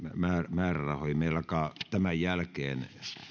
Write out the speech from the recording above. määrärahoihin meillä tämän jälkeen